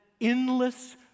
endless